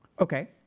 okay